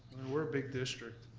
and we're a big district,